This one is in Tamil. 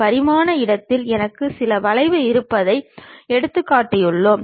எனவே மேற்பக்க தோற்றம் கிடைமட்ட தளத்தில் எறியப்படுகிறது